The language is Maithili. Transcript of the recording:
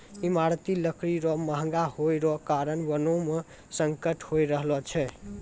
ईमारती लकड़ी रो महगा होय रो कारण वनो पर संकट होय रहलो छै